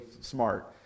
smart